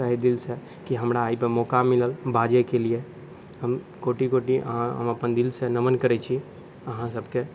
तहे दिलसँ कि हमरा एहिपर मौका मिलल बाजैके लिए हम कोटि कोटि अहाँ हम अपन दिलसँ नमन करै छी अहाँसबके